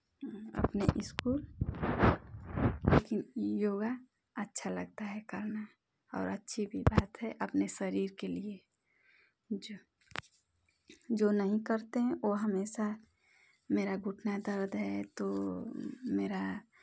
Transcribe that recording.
अपने इसको योगा अच्छा लगता है करना और अच्छी भी बात है अपने शरीर के लिए जो जो नहीं करते हैं ओ हमेशा मेरा घुटना दर्द है तो मेरा